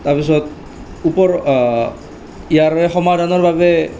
তাৰপিছত ওপৰ ইয়াৰে সমাধানৰ বাবে